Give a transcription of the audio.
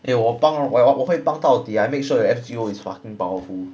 诶我帮了我我会帮到底 I make sure your F_G_O is fucking powerful